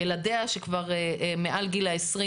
ילדיה שכבר מעל גיל ה-20,